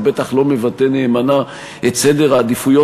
הוא בטח לא מבטא נאמנה את סדר העדיפויות